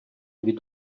від